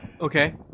Okay